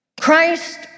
Christ